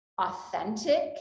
authentic